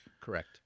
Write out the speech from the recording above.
Correct